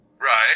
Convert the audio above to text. Right